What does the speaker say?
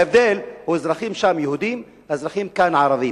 ההבדל הוא, האזרחים שם יהודים, האזרחים כאן ערבים.